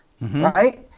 right